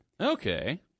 Okay